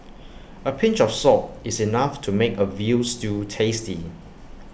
A pinch of salt is enough to make A Veal Stew tasty